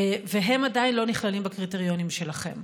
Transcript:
והם עדיין לא נכללים בקריטריונים שלכם,